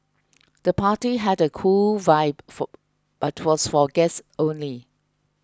the party had a cool vibe for but was for guests only